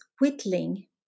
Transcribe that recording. whittling